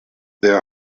there